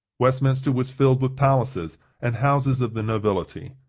westminster was filled with palaces and houses of the nobility,